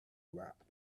rocks